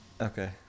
Okay